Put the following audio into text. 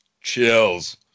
Chills